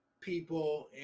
people